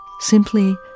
simply